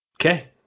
okay